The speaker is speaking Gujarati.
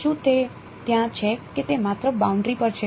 શું તે ત્યાં છે કે તે માત્ર બાઉન્ડરી પર છે